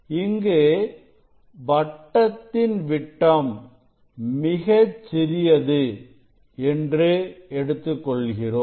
இங்கு வட்டத்தின் விட்டம் மிகச் சிறியது என்று எடுத்துக் கொள்கிறோம்